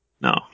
No